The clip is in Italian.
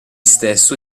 stesso